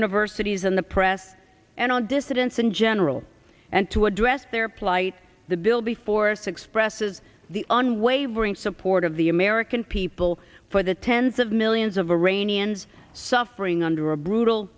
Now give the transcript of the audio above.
universities in the press and on dissidents in general and to address their plight the bill before six presses the unwavering support of the american people for the tens of millions of iranians suffering under a brutal